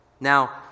Now